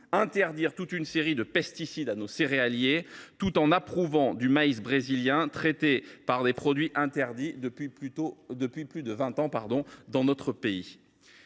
interdire toute une série de pesticides à nos céréaliers, tout en approuvant du maïs brésilien traité par des produits interdits depuis plus de vingt ans en France